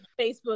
facebook